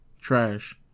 Trash